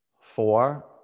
four